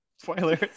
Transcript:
Spoilers